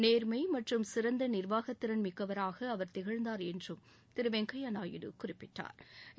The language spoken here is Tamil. நேர்மை மற்றும் சிறந்த நிர்வாகத்திறன் மிக்கவராக அவா் திகழ்ந்தார் என்றார் திரு வெங்கையா நாயுடு குறிப்பிட்டாள்